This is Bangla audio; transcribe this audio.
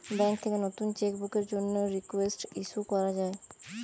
ব্যাঙ্ক থেকে নতুন চেক বুকের জন্যে রিকোয়েস্ট ইস্যু করা যায়